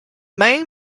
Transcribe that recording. main